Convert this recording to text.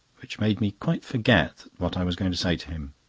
which made me quite forget what i was going to say to him.